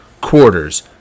Quarters